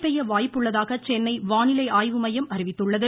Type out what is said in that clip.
பெய்ய வாய்ப்புள்ளதாக சென்னை வானிலை ஆய்வு மையம் அறிவித்துள்ளது